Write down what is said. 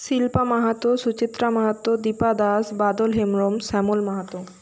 Shilpa Mahato Suchitra Mahato Dipa Das Badal Hembram Shyamal Mahato